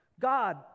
God